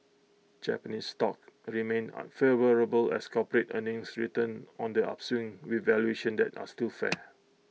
Japanese stocks remain unfavourable as corporate earnings return on the upswing with valuations that are still fair